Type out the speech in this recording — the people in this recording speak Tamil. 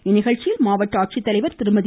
இந்நிகழ்ச்சியில் மாவட்ட ஆட்சித்தலைவர் திருமதி